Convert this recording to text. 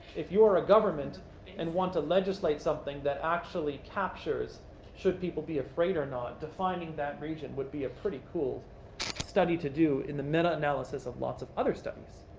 if you are a government and want to legislate something that actually captures should people be afraid or not, defining that region would be a pretty cool study to do in the meta-analysis of lots of other studies,